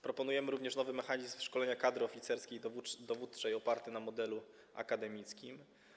Proponujemy również nowy mechanizm szkolenia kadry oficerskiej dowódczej oparty o model akademicki.